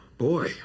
Boy